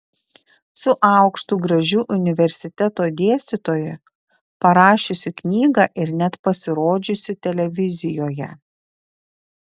su aukštu gražiu universiteto dėstytoju parašiusiu knygą ir net pasirodžiusiu televizijoje